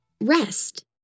Rest